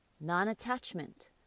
non-attachment